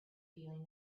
feeling